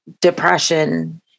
depression